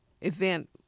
event